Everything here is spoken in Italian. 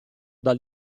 dal